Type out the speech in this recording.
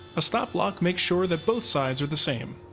a stop block makes sure that both sides are the same.